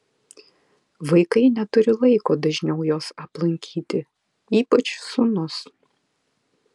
vaikai neturi laiko dažniau jos aplankyti ypač sūnus